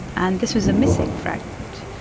and this was a missing fragment.